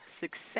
success